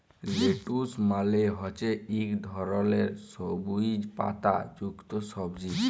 lettuce মালে হছে ইক ধরলের সবুইজ পাতা যুক্ত সবজি